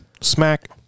Smack